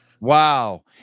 wow